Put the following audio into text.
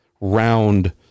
round